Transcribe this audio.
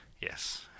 Yes